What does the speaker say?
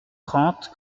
trente